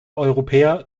europäer